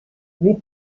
lui